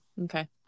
Okay